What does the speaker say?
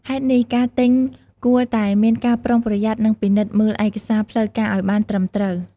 ហេតុនេះ ការទិញគួរតែមានការប្រុងប្រយ័ត្ន និងពិនិត្យមើលឯកសារផ្លូវការឲ្យបានត្រឹមត្រូវ។